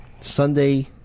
Sunday